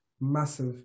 massive